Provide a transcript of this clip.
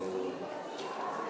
נא לשבת.